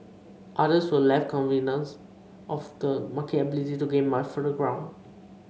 others were less convinced of the market ability to gain much further ground